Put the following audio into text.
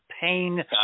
pain